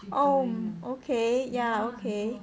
oh okay ya okay